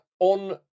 On